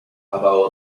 about